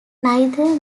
neither